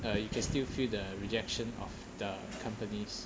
uh you can still feel the rejection of the companies